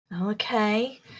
Okay